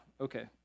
okay